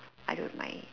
I don't mind